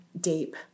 deep